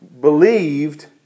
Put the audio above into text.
believed